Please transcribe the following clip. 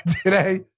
today